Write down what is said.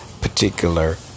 particular